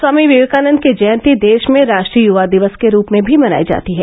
स्वामी विवेकानंद की जयंती देश में राष्ट्रीय युवा दिवस के रूप में भी मनाई जाती है